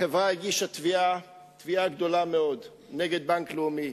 החברה הגישה תביעה גדולה מאוד נגד בנק לאומי.